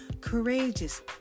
courageous